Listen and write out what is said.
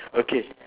okay